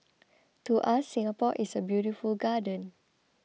to us Singapore is a beautiful garden